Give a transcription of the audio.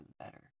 better